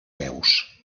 veus